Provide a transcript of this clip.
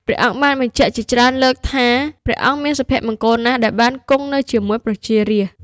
ព្រះអង្គបានបញ្ជាក់ជាច្រើនលើកថា ព្រះអង្គមានសុភមង្គលណាស់ដែលបានគង់នៅជាមួយប្រជារាស្ត្រ។